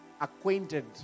acquainted